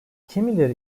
kimileri